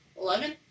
eleven